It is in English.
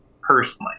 personally